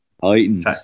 Titans